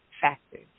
factors